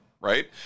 right